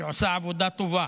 שעושה עבודה טובה,